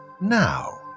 now